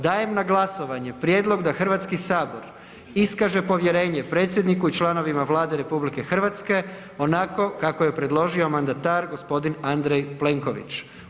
Dajem na glasovanje prijedlog da Hrvatski sabor iskaže povjerenje predsjedniku i članovima Vlade RH onako kako je predložio mandatar gospodin Andrej Plenković.